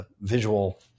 visual